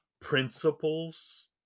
principles